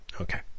Okay